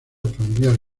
familiar